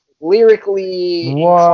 lyrically